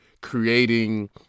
creating